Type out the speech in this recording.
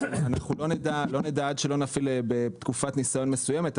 אנחנו לא נדע עד שלא נפעיל בתקופת ניסיון מסוימת,